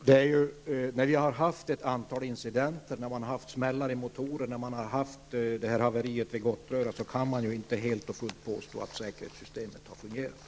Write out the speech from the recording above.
Herr talman! När det har skett ett antal incidenter, smällar har förekommit i motorerna och efter haveriet i Gottröra kan man inte helt och fullt påstå att säkerhetssystemet har fungerat.